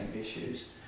issues